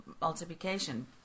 multiplication